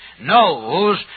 knows